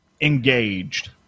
engaged